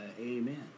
amen